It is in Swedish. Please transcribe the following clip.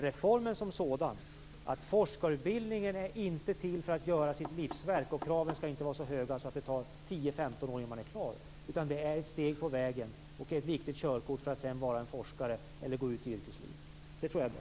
Reformen som sådan går ut på att forskarutbildningen inte är till för att man skall göra sitt livsverk och att kraven inte skall vara så höga att det tar 10-15 år innan man är klar, utan den är ett steg på vägen och ett viktig körkort för att sedan bli forskare eller gå ut i yrkeslivet.